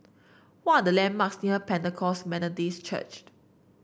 what are the landmarks near Pentecost Methodist Church